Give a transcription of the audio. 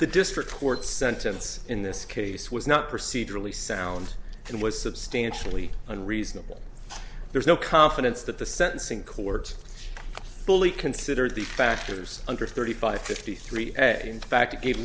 the district court sentence in this case was not procedurally sound and was substantially unreasonable there's no confidence that the sentencing court fully considered the factors under thirty five fifty three in fact it ga